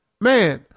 Man